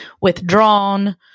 withdrawn